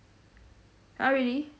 !huh! really